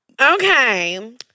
Okay